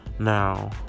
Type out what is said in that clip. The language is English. Now